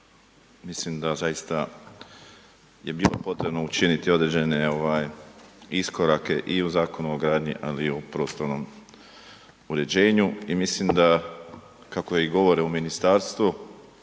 mislim da zaista je bilo potrebno učiniti određene iskorake i u Zakonu o gradnji, ali i u prostornom uređenju i mislim da, kako i govore u ministarstvu